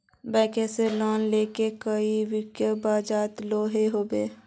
Bank से loan लिले कई व्यक्ति ब्याज लागोहो होबे?